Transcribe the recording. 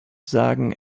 sagen